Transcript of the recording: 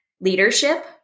leadership